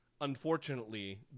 unfortunately